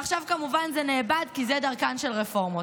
ועכשיו כמובן זה אבד, כי זו דרכן של רפורמות.